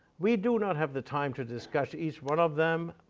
we do not have the time to discuss each one of them,